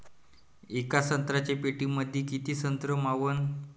येका संत्र्याच्या पेटीमंदी किती संत्र मावन?